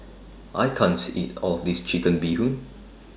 I can't eat All of This Chicken Bee Hoon